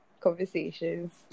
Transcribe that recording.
conversations